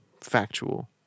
factual